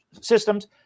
systems